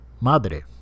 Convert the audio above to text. Madre